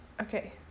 Okay